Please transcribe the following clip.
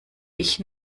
ich